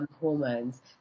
hormones